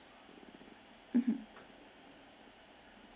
mmhmm